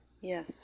Yes